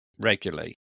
regularly